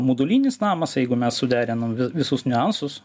modulinis namas jeigu mes suderinam visus niuansus